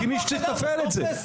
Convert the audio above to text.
מישהו צריך לתפעל את זה.